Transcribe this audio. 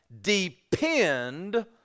depend